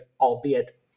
albeit